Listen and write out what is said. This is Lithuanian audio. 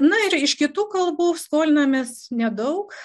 na ir iš kitų kalbų skolinamės nedaug